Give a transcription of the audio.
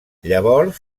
llavors